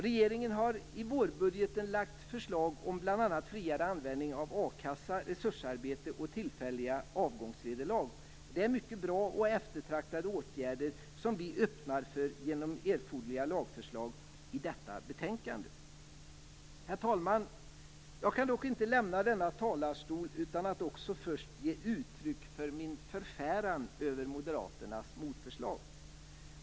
Regeringen har i vårbudgeten lagt fram förslag om bl.a. friare användning av a-kassa, resursarbete och tillfälligt avgångsvederlag. Det är mycket bra och eftertraktade åtgärder som vi öppnar för genom erforderliga lagförslag i detta betänkande. Herr talman! Jag kan dock inte lämna denna talarstol utan att först ge uttryck för min förfäran över moderaternas motförslag.